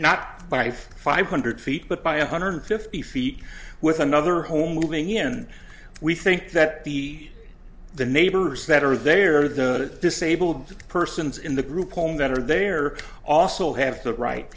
not by five hundred feet but by a hundred fifty feet with another home moving in we think that the the neighbors that are they are the disabled persons in the group home that are there also have the right